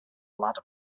ladder